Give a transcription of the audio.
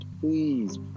Please